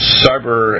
cyber